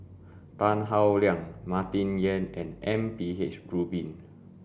Tan Howe Liang Martin Yan and M P H Rubin